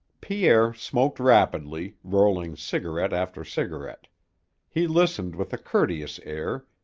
pierre smoked rapidly, rolling cigarette after cigarette he listened with a courteous air,